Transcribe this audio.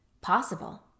possible